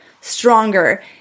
stronger